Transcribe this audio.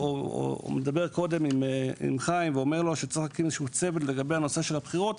אתה מדבר קודם עם חיים ואומר שצריך להקים צוות לגבי הנושא של הבחירות.